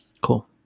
Cool